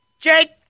Jake